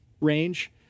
range